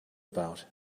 about